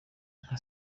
nka